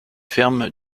ferme